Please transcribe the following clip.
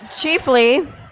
Chiefly